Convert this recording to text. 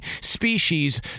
species